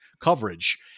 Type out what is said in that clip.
coverage